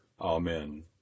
Amen